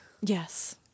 Yes